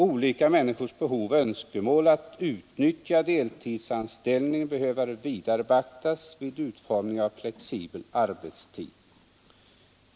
Olika människors behov och önskemål att utnyttja deltidsanställning behöver vidare beaktas vid utformning av flexibel arbetstid.